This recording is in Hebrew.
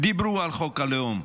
דיברו על חוק הלאום,